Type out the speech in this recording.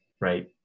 right